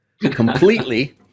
completely